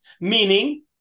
Meaning